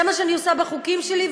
זה מה שאני עושה בחוקים שלי,